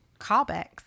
Callbacks